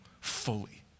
fully